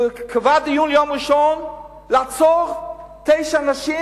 הוא קבע דיון ביום ראשון לעצור תשע נשים